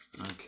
Okay